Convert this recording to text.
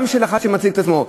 גם אחד שמציג את עצמו,